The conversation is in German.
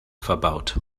verbaut